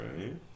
Right